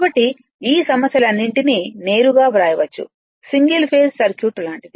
కాబట్టి ఈ సమస్యలన్నింటినీ నేరుగా వ్రాయవచ్చు సింగిల్ ఫేస్ సర్క్యూట్ లాంటిది